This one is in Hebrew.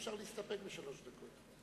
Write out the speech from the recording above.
אפשר להסתפק בשלוש דקות.